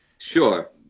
Sure